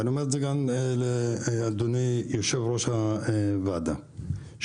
ואני אומר את זה גם לאדוני יושב-ראש הוועדה שמוביל